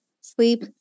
sleep